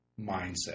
mindset